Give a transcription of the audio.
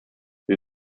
wir